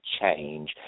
change